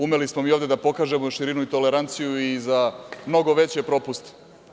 Umeli smo mi ovde da pokažemo širinu i toleranciju i za mnogo veće propuste.